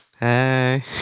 Hey